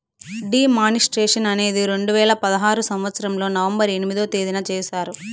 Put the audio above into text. D మానిస్ట్రేషన్ అనేది రెండు వేల పదహారు సంవచ్చరంలో నవంబర్ ఎనిమిదో తేదీన చేశారు